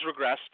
regressed